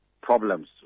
problems